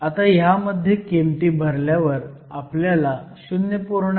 आता ह्यामध्ये किमती भरल्यावर आपल्याला 0